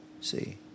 See